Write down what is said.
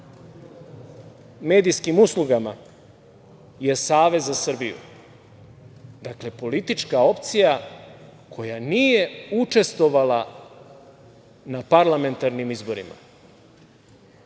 medijskim uslugama je Savez za Srbiju. Dakle, politička opcija koja nije učestvovala na parlamentarnim izborima.